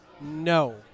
No